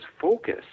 focus